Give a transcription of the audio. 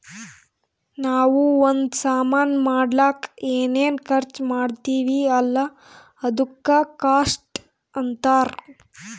ನಾವೂ ಒಂದ್ ಸಾಮಾನ್ ಮಾಡ್ಲಕ್ ಏನೇನ್ ಖರ್ಚಾ ಮಾಡ್ತಿವಿ ಅಲ್ಲ ಅದುಕ್ಕ ಕಾಸ್ಟ್ ಅಂತಾರ್